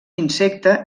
insecte